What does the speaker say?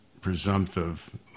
presumptive